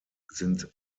sind